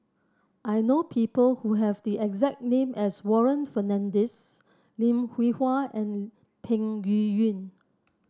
I know people who have the exact name as Warren Fernandez Lim Hwee Hua and Peng Yuyun